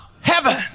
Heaven